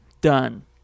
Done